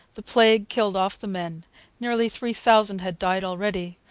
the plague killed off the men nearly three thousand had died already.